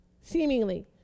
seemingly